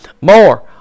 more